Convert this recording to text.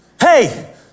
Hey